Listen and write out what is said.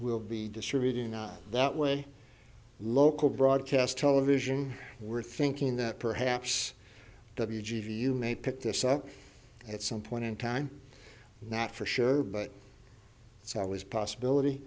ill be distributing on that way local broadcast television we're thinking that perhaps w g view may pick this up at some point in time not for sure but it's always a possibility